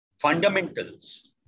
fundamentals